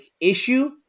issue